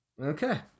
okay